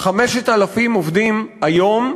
5,000 עובדים היום.